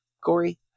Corey